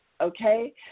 Okay